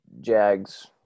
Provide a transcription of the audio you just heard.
Jags